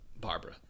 Barbara